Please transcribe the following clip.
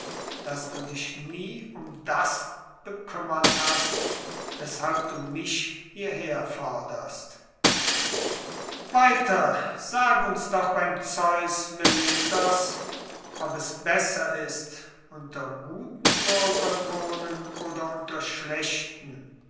daß du dich nie um das bekümmert hast weshalb du mich hierher forderst weiter sage uns doch beim zeus meletos ob es besser ist unter guten bürgern wohnen oder unter schlechten